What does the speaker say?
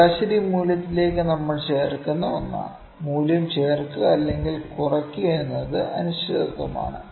ശരാശരി മൂല്യത്തിലേക്ക് നമ്മൾ ചേർക്കുന്ന ഒന്നാണ് മൂല്യം ചേർക്കുക അല്ലെങ്കിൽ കുറയ്ക്കുക എന്നത് അനിശ്ചിതത്വമാണ്